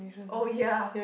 oh ya